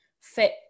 fit